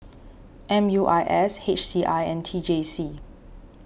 M U I S H C I and T J C